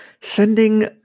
sending